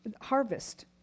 harvest